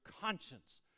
conscience